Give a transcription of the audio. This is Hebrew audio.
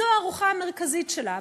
זו הארוחה המרכזית שלה.